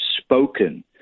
spoken